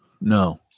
No